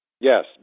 yes